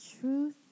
truth